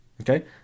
Okay